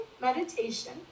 meditation